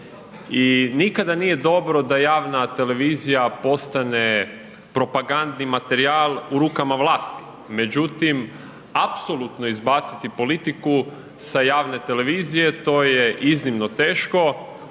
nikada nije dobro da javna televizija postane propagandni materijal u rukama vlasti međutim apsolutno izbaciti politiku sa javne televizije, to je iznimno teško